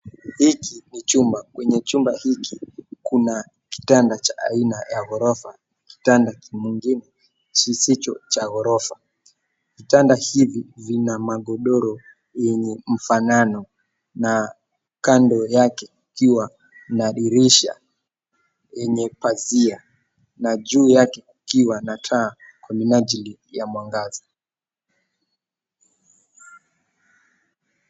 Hili ni chumba. Kwenye chumba hiki kuna kitanda cha aina ya ghorofa. Kitanda kingine kisicho cha ghorofa. Vitanda hivi vina magodoro yenye mfanano na kando yake kukiwa na dirisha yenye pazia na juu yake kukiwa na taa kwa minajili ya mwangaza.